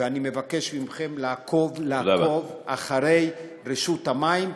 ואני מבקש מכם לעקוב אחרי רשות המים,